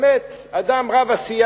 באמת, אדם רב-עשייה,